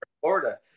Florida